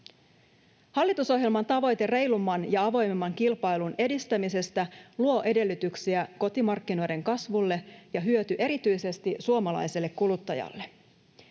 Hallitusohjelman tavoite reilumman ja avoimemman kilpailun edistämisestä luo edellytyksiä kotimarkkinoiden kasvulle, ja hyöty tulee erityisesti suomalaiselle kuluttajalle.